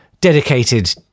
dedicated